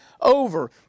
over